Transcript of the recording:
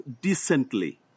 decently